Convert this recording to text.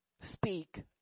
speak